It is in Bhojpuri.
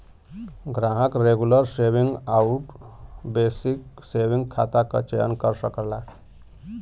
ग्राहक रेगुलर सेविंग आउर बेसिक सेविंग खाता क चयन कर सकला